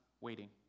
waiting